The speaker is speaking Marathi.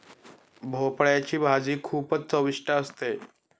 भोपळयाची भाजी खूपच चविष्ट असते